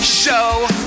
show